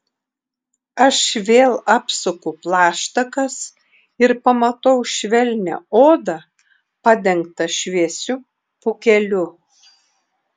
aš vėl apsuku plaštakas ir pamatau švelnią odą padengtą šviesiu pūkeliu